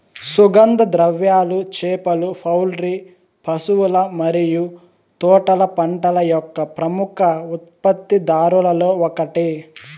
సుగంధ ద్రవ్యాలు, చేపలు, పౌల్ట్రీ, పశువుల మరియు తోటల పంటల యొక్క ప్రముఖ ఉత్పత్తిదారులలో ఒకటి